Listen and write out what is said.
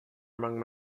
among